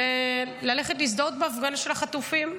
וללכת להזדהות בהפגנה של החטופים.